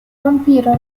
vampiro